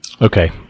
Okay